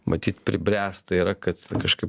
matyt pribręsta yra kad kažkaip